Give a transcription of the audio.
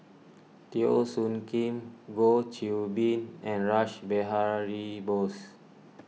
Teo Soon Kim Goh Qiu Bin and Rash Behari Bose